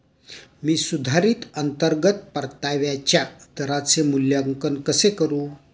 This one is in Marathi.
मी सुधारित अंतर्गत परताव्याच्या दराचे मूल्यांकन कसे करू?